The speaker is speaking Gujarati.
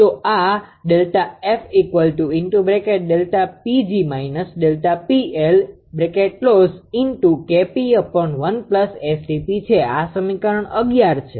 તો આ છે આ સમીકરણ 11 છે